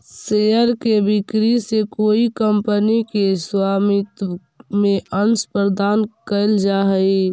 share के बिक्री से कोई कंपनी के स्वामित्व में अंश प्रदान कैल जा हइ